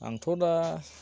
आंथ' दा